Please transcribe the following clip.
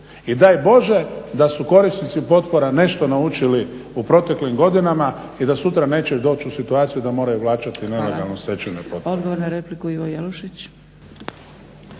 I daj bože da su korisnici potpora nešto naučili u proteklim godinama i da sutra neće doći u situaciju da moraju vraćati nelegalno stečene potpore.